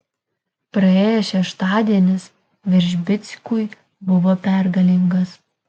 praėjęs šeštadienis veržbickui buvo pergalingas